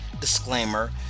disclaimer